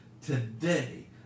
Today